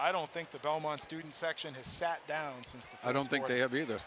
i don't think the belmont student section has sat down since i don't think they have either